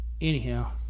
anyhow